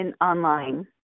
online